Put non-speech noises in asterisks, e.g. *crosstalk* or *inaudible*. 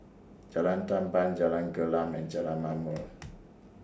Jalan Tamban Jalan Gelam and Jalan Ma'mor *noise*